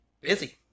busy